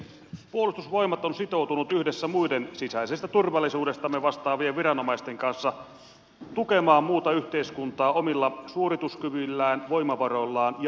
puolustusvoimat on sitoutunut yhdessä muiden sisäisestä turvallisuudestamme vastaavien viranomaisten kanssa tukemaan muuta yhteiskuntaa omilla suorituskyvyillään voimavaroillaan ja osaamisellaan